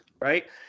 right